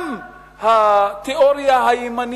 גם התיאוריה הימנית,